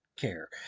care